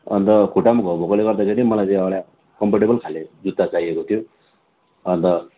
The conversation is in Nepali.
अन्त खुट्टामा घाउ भएकोले गर्दाखेरि मलाई चाहिँ एउटा कम्फर्टेबल खाले जुत्ता चाहिएको थियो अन्त